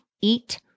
eat